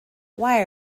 why